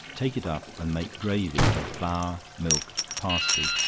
take it up, and make gravy with flour, milk, parsley,